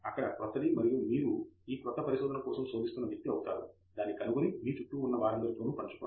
అక్కడ క్రొత్తది మరియు మీరు ఈ క్రొత్త విషయాల కోసం శోధిస్తున్న వ్యక్తి అవుతారు దాన్ని కనుగొని మీ చుట్టూ ఉన్న వారందరితోను పంచుకోండి